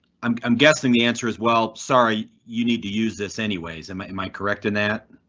i'm i'm guessing the answer as well. sorry you need to use this anyways, i'm i i'm i correct in that.